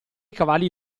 cavalli